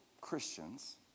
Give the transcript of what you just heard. Christians